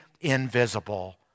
invisible